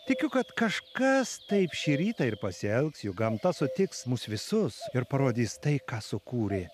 tikiu kad kažkas taip šį rytą ir pasielgs juk gamta sutiks mus visus ir parodys tai ką sukūrė